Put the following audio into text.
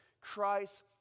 Christ